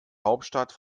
hauptstadt